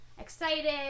excited